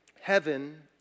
Heaven